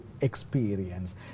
experience